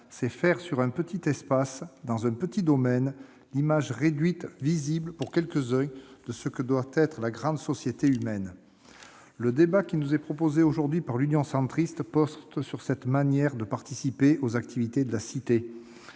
c'est faire sur un petit espace, dans un petit domaine, l'image réduite, visible pour quelques-uns, de ce que doit être la grande société humaine. » Le débat qui nous est proposé aujourd'hui par le groupe Union Centriste porte sur cette manière de participer aux activités de la cité.